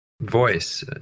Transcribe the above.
voice